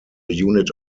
unit